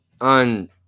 On